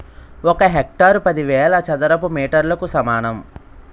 ఒక హెక్టారు పదివేల చదరపు మీటర్లకు సమానం